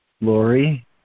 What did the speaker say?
Lori